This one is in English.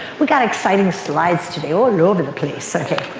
we got exciting slides today all and over the place. okay.